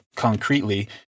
concretely